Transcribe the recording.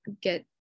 get